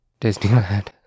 disneyland